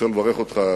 אני רוצה לברך אותך,